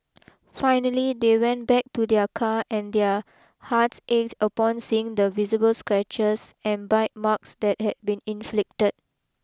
finally they went back to their car and their hearts ached upon seeing the visible scratches and bite marks that had been inflicted